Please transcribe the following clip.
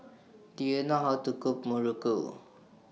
Do YOU know How to Cook Muruku